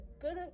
good